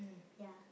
ya